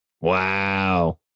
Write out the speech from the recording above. Wow